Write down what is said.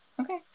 okay